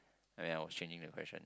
ah ya was changing the question